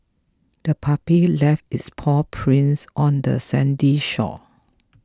the puppy left its paw prints on the sandy shore